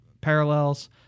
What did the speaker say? parallels